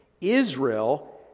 Israel